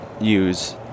use